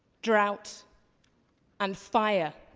drought and fire